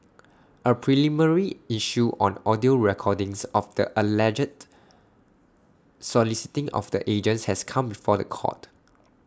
A preliminary issue on audio recordings of the alleged soliciting of the agents has come before The Court